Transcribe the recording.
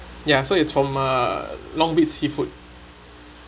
ya so it's from uh long beach seafood